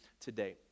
today